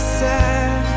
sad